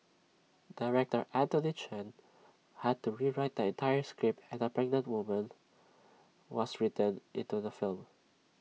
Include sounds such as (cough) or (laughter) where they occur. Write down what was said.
Director Anthony Chen had to rewrite the entire script and A (noise) pregnant woman was written into the film